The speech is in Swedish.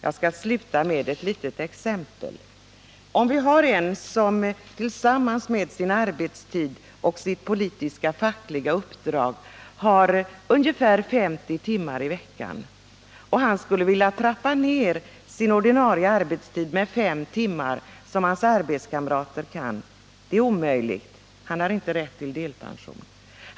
Jag skall sluta med ett litet exempel: Om en person med sin ordinarie arbetstid och sitt politiska eller fackliga uppdrag sammanlagt arbetar ungefär 50 timmar i veckan och skulle vilja trappa ner den ordinarie arbetstiden med 5 timmar i veckan, som hans kamrater kan göra, så är det omöjligt. Han har inte rätt till delpension.